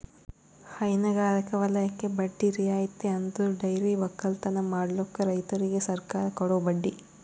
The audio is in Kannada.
ಹೈನಗಾರಿಕೆ ವಲಯಕ್ಕೆ ಬಡ್ಡಿ ರಿಯಾಯಿತಿ ಅಂದುರ್ ಡೈರಿ ಒಕ್ಕಲತನ ಮಾಡ್ಲುಕ್ ರೈತುರಿಗ್ ಸರ್ಕಾರ ಕೊಡೋ ಬಡ್ಡಿ